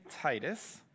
Titus